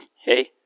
Hey